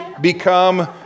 become